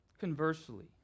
Conversely